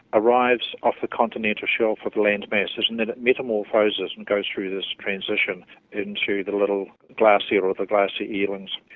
arrives off the continental shelf of land masses and then it metamorphoses and goes through this transition into the little glass eel or the glassy eelings.